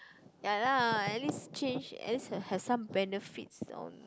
ya lah at least change at least have some benefit on